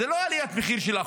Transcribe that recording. זו לא עליית מחיר של 1%,